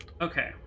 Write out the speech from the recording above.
okay